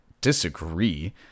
disagree